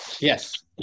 yes